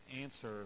answer